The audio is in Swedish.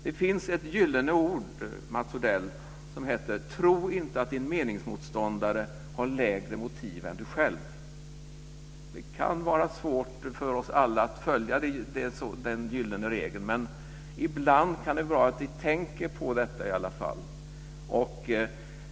Det finns en gyllene regel, Mats Odell, som lyder: Tro inte att din meningsmotståndare har lägre motiv än du själv. Det kan vara svårt för oss alla att följa den gyllene regeln, men ibland kan det vara bra att vi tänker på detta i alla fall.